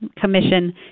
Commission